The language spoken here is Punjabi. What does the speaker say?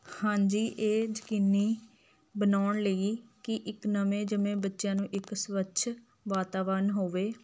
ਹਾਂਜੀ ਇਹ ਯਕੀਨੀ ਬਣਾਉਣ ਲਈ ਕਿ ਇੱਕ ਨਵੇਂ ਜੰਮੇ ਬੱਚਿਆਂ ਨੂੰ ਇੱਕ ਸਵੱਛ ਵਾਤਾਵਰਨ ਹੋਵੇ